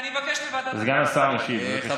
סגן השר משיב, בבקשה.